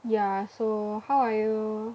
ya so how are you